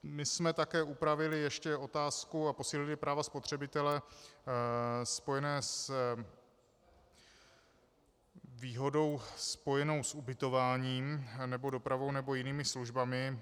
My jsme také upravili ještě otázku a posílili právo spotřebitele spojené s výhodou spojenou s ubytováním nebo dopravou nebo jinými službami.